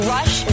Rush